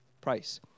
price